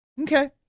Okay